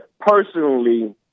personally